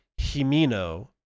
Himino